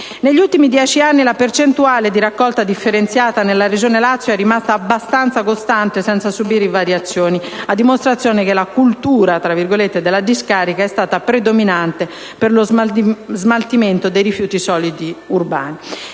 Negli ultimi dieci anni la percentuale di raccolta differenziata nella regione Lazio è rimasta abbastanza costante senza subire notevoli variazioni, a dimostrazione che la cultura della discarica è stata predominante per lo smaltimento dei rifiuti solidi urbani.